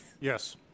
Yes